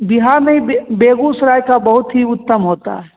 बिहार में बेगूसराय का बहुत ही उत्तम होता है